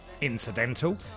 incidental